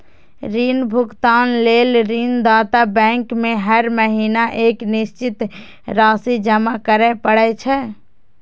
ऋण भुगतान लेल ऋणदाता बैंक में हर महीना एक निश्चित राशि जमा करय पड़ै छै